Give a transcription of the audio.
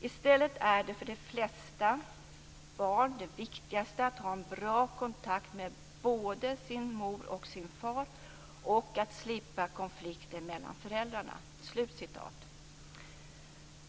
I stället är för de flesta barn det viktigaste att ha en bra kontakt med både sin mor och sin far och att slippa konflikter mellan föräldrarna."